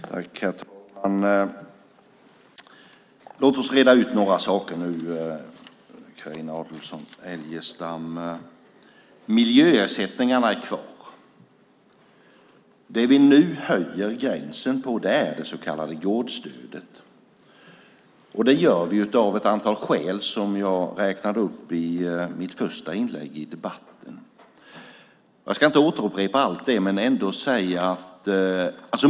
Herr talman! Låt oss nu reda ut några saker, Carina Adolfsson Elgestam. Miljöersättningarna är kvar. Det vi nu höjer gränsen på är det så kallade gårdsstödet, och det gör vi av ett antal skäl som jag räknade upp i mitt första inlägg i debatten. Jag ska inte upprepa allt.